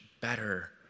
better